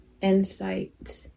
insight